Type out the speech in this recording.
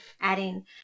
adding